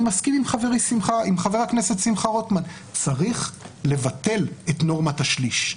מסכים עם חבר הכנסת שמחה רוטמן שצריך לבטל את נורמת השליש,